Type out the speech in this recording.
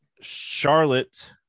Charlotte